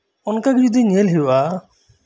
ᱚᱱᱠᱟᱜᱤ ᱡᱚᱫᱤ ᱧᱮᱞ ᱦᱩᱭᱩᱜ ᱟ